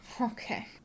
Okay